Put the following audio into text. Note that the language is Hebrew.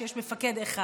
שיש מפקד אחד.